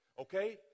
Okay